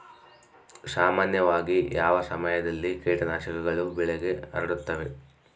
ಸಾಮಾನ್ಯವಾಗಿ ಯಾವ ಸಮಯದಲ್ಲಿ ಕೇಟನಾಶಕಗಳು ಬೆಳೆಗೆ ಹರಡುತ್ತವೆ?